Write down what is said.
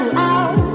out